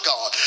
God